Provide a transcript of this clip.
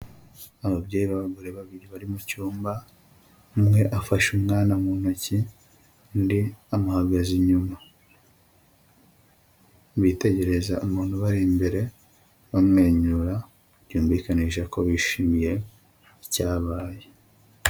Ababyeyi b'abagore babiri bari mu cyumba. Umwe afashe umwana mu ntoki, undi amuhagaze inyuma. Bitegereza umuntu ubari imbere, bamwenyura byumvikanisha ko bishimiye icyabaye.